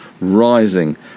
rising